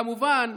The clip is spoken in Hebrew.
כמובן,